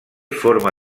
forma